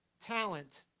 talent